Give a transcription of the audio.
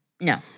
No